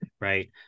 right